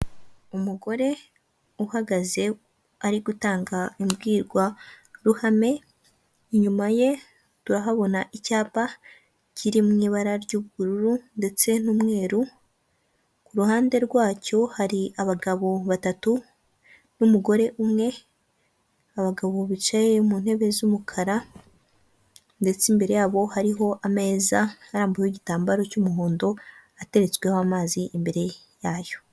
Umugore uhagaze ari gutanga imbwirwaruhame, inyuma ye turahabona icyapa kiri mu ibara ry'ubururu ndetse n'umweru ku ruhande rwacyo, hari abagabo batatu n'umugore umwe abagabo bicaye mu ntebe z'umukara ndetse imbere yabo hariho ameza arambuyeweho igitambaro cy'umuhondo atetswebeho amazi imbere yayo.